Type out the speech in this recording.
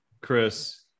Chris